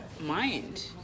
mind